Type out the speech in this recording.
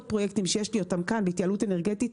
פרויקטים שיש לי אותם כאן בהתייעלות אנרגטית,